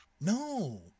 No